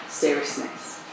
seriousness